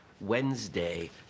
Wednesday